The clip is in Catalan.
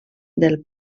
del